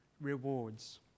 rewards